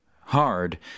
hard